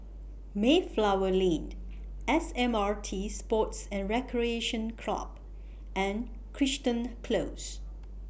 Mayflower Lane S M R T Sports and Recreation Club and Crichton Close